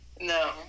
No